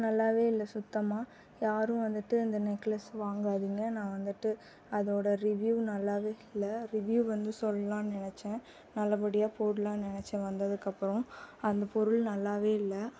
நல்லாவே இல்ல சுத்தமாக யாரும் வந்துட்டு இந்த நெக்லஸ் வாங்காதிங்க நான் வந்துட்டு அதோட ரிவ்யூ நல்லாவே இல்லை ரிவ்யூ வந்து சொல்லானு நினச்சேன் நல்லபடியாக போடலான் நினச்சேன் வந்ததுக்கு அப்புறோம் அந்த பொருள் நல்லாவே இல்லை